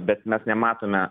bet mes nematome